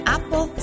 Apple